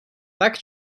tak